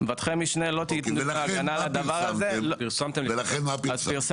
ואם מבטחי משנה לא ייתנו הגנה על הדבר הזה --- אז מה פרסמתם?